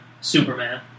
Superman